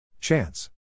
Chance